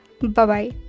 Bye-bye